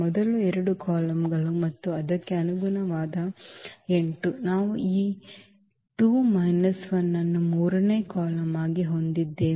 ಮೊದಲ ಎರಡು ಕಾಲಮ್ಗಳು ಮತ್ತು ಅದಕ್ಕೆ ಅನುಗುಣವಾದ 8 ನಾವು ಈ 2 ಮೈನಸ್ 1 ಅನ್ನು ಮೂರನೇ ಕಾಲಮ್ ಆಗಿ ಹೊಂದಿದ್ದೇವೆ